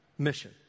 mission